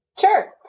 Sure